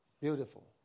beautiful